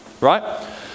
right